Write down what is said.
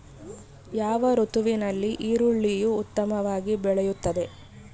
ಯಾವ ಋತುವಿನಲ್ಲಿ ಈರುಳ್ಳಿಯು ಉತ್ತಮವಾಗಿ ಬೆಳೆಯುತ್ತದೆ?